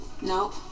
Nope